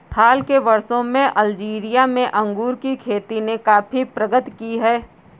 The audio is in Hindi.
हाल के वर्षों में अल्जीरिया में अंगूर की खेती ने काफी प्रगति की है